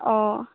অঁ